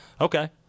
Okay